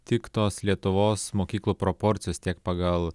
tik tos lietuvos mokyklų proporcijos tiek pagal